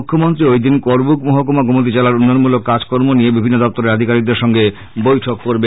মুখ্যমন্ত্রী ঐদিন করবুক মহকুমা ও গোমতি জেলার উন্নয়নমূলক কাজকর্ম নিয়ে বিভিন্ন দপ্তরের আধিকারিকদের সঙ্গে বৈঠক করবেন